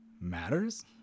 matters